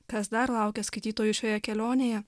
kas dar laukia skaitytojų šioje kelionėje